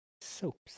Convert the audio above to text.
soaps